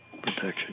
protection